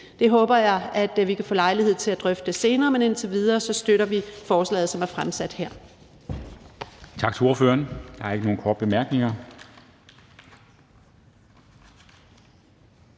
Det håber jeg at vi kan få lejlighed til at drøfte senere. Men indtil videre støtter vi det lovforslag, som er fremsat her.